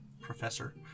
Professor